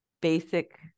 basic